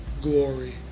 glory